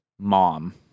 mom